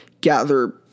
gather